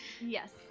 Yes